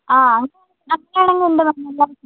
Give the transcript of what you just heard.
ആ അങ്ങനെ ആണെങ്കിൽ